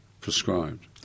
prescribed